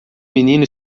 menino